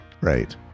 right